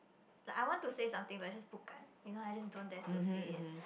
like I want to say something but it's just 不敢 you know I just don't dare to say it